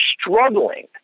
struggling